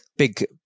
big